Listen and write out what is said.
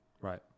Right